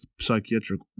psychiatric